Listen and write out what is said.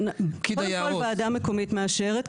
קודם כל ועדה מקומית מאשרת,